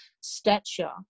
stature